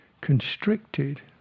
constricted